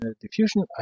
diffusion